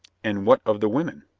and what of the women?